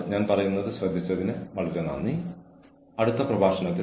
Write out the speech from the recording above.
ഇപ്പോൾ ഇത്രമാത്രമാണ് ഈ പ്രഭാഷണത്തിൽ നിങ്ങൾക്കായുള്ളത്